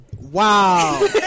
Wow